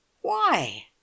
Why